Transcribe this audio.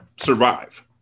survive